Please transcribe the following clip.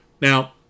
Now